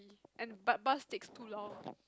and but bus takes too long